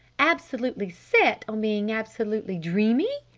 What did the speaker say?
absolutely set on being absolutely dreamy?